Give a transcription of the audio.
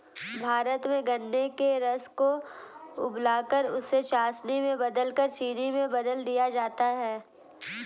भारत में गन्ने के रस को उबालकर उसे चासनी में बदलकर चीनी में बदल दिया जाता है